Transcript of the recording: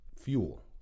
fuel